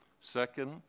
Second